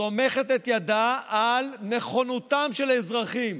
סומכת את ידה על נכונותם של האזרחים